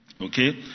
okay